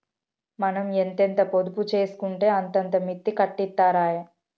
మనం ఎంతెంత పొదుపు జేసుకుంటే అంతంత మిత్తి కట్టిత్తరాయె